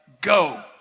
go